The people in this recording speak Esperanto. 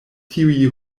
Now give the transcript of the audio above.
tiuj